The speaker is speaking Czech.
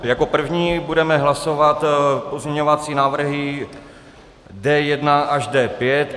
Jako první budeme hlasovat pozměňovací návrhy D1 až D5.